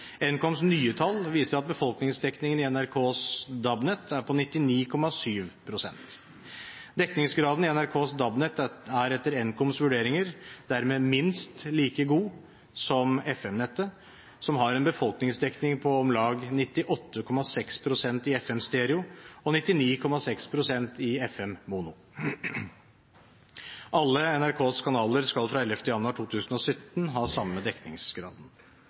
Nkoms nye tall viser at befolkningsdekningen i NRKs DAB-nett er på 99,7 pst. Dekningsgraden i NRKs DAB-nett er etter Nkoms vurderinger dermed minst like god som FM-nettet, som har en befolkningsdekning på om lag 98,6 pst. i FM stereo og 99,6 pst. i FM mono. Alle NRKs kanaler skal fra 11. januar 2017 ha